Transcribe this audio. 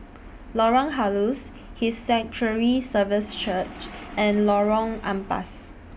Lorong Halus His Sanctuary Services Church and Lorong Ampas